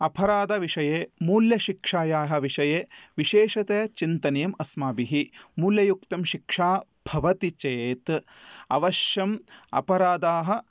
अभराधविषये मूल्यशिक्षायाः विषये विशेषतया चिन्तनीयम् अस्माभिः मूल्लयुक्तं शिक्षा भवति चेत् अवश्यम् अपराधाः